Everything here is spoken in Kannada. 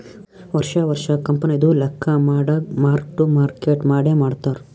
ವರ್ಷಾ ವರ್ಷಾ ಕಂಪನಿದು ಲೆಕ್ಕಾ ಮಾಡಾಗ್ ಮಾರ್ಕ್ ಟು ಮಾರ್ಕೇಟ್ ಮಾಡೆ ಮಾಡ್ತಾರ್